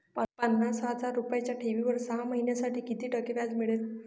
पन्नास हजार रुपयांच्या ठेवीवर सहा महिन्यांसाठी किती टक्के व्याज मिळेल?